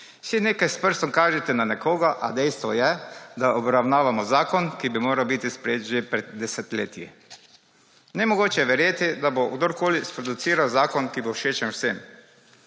Vsi nekaj s prstom kažete na nekoga, a dejstvo je, da obravnavamo zakon, ki bi moral biti sprejet že pred desetletji. Nemogoče je verjeti, da bo kdorkoli sproduciral zakon, ki bo všečen vsem.